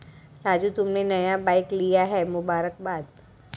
राजू तुमने नया बाइक लिया है मुबारकबाद